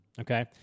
okay